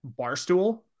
Barstool